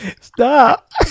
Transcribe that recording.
Stop